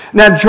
now